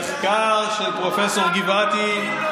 מהמחקר של פרופ' גבעתי,